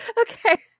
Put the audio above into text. Okay